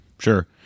Sure